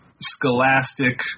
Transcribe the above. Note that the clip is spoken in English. Scholastic